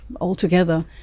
altogether